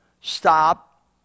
Stop